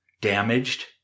damaged